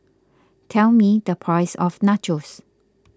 tell me the price of Nachos